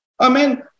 Amen